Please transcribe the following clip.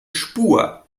spur